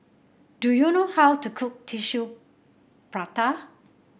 do you know how to cook Tissue Prata